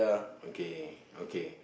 okay okay